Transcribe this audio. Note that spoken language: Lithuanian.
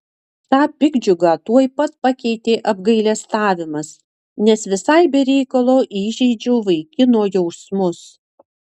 tą piktdžiugą tuoj pat pakeitė apgailestavimas nes visai be reikalo įžeidžiau vaikino jausmus